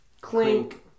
Clink